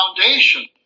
foundation